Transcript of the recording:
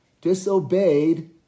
disobeyed